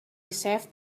saved